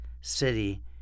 city